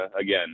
again